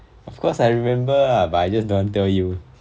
of course I remember ah but I just don't tell you